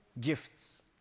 gifts